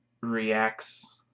reacts